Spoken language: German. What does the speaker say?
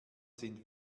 sind